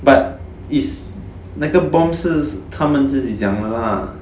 but is 那个 bomb 是他们自己讲的 lah